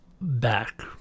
back